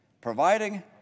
providing